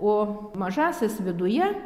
o mažąsias viduje